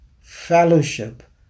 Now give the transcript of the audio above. fellowship